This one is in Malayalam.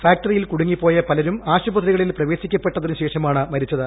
ഫാക്ടറിയിൽ കുടുങ്ങിപ്പോയ പലരും ആശുപത്രികളിൽ പ്രവേശിക്കപ്പെട്ടതിനുശേഷമാണ് മരിച്ചത്